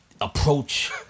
approach